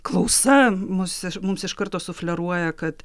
klausa mus mums iš karto sufleruoja kad